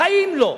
בחיים לא.